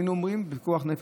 היינו אומרים פיקוח נפש,